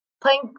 Playing